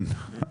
כן.